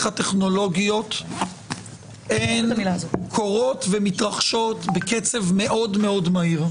הטכנולוגיות הן קורות ומתרחשות בקצב מאוד מאוד מהיר.